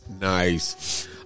nice